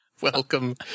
Welcome